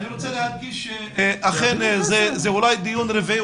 אני רוצה להדגיש שזה אולי דיון רביעי,